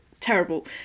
terrible